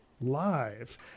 live